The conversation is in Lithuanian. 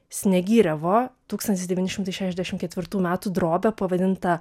sniegyrevo tūkstantis devyni šimtai šešiasdešimt ketvirtų metų drobė pavadinta